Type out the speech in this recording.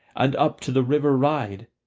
and up to the river ride?